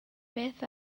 beth